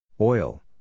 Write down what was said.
Oil